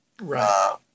right